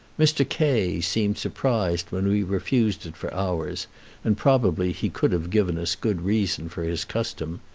mr. k seemed surprised when we refused it for ours and probably he could have given us good reason for his custom.